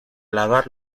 lavar